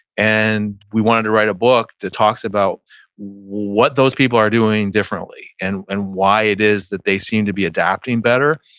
and we wanted to write a book that talks about what those people are doing differently, and and why it is that they seem to be adapting better.